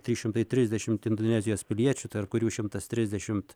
trys šimtai trisdešim indonezijos piliečių tarp kurių šimtas trisdešim